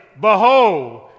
behold